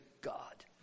God